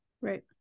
Right